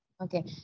Okay